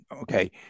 Okay